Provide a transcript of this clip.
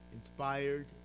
inspired